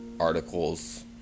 Articles